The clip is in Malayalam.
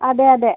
അതെ അതെ